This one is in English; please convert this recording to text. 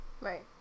Right